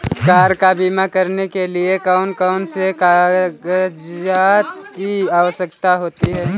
Car का बीमा करने के लिए कौन कौन से कागजात की आवश्यकता होती है?